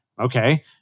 okay